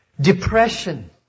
depression